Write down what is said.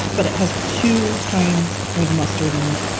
but it has two kinds of mustard in it.